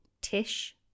Tish